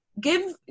give